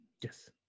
Yes